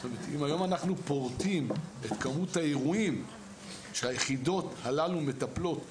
אם אנחנו פורטים היום את כמות האירועים שהיחידות הללו מטפלות בהם,